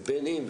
ובין אם,